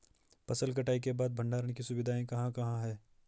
फसल कटाई के बाद भंडारण की सुविधाएं कहाँ कहाँ हैं?